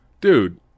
dude